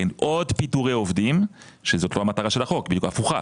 עוד פיטורי עובדים - וזאת לא מטרת החוק אלא היא הפוכה